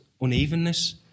unevenness